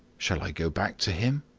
shall i go back to him,